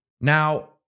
Now